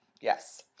Yes